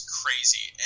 crazy